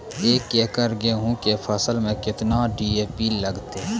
एक एकरऽ गेहूँ के फसल मे केतना डी.ए.पी लगतै?